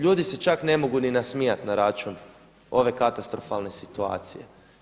Ljudi se čak ne mogu ni nasmijati na račun ove katastrofalne situacije.